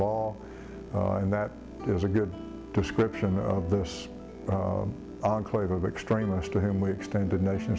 law and that is a good description of those enclave of extremists to whom we extend a nation